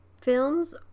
films